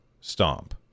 stomp